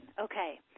okay